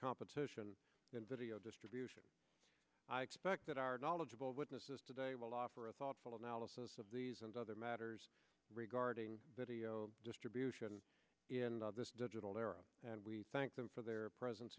competition in video distribution i expect that our knowledgeable witnesses today will offer a thoughtful analysis of these and other matters regarding video distribution in this digital era and we thank them for their presen